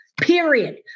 Period